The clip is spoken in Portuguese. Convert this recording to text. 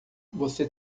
você